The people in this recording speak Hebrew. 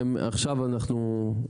עכשיו אנחנו .